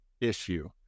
issue